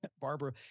Barbara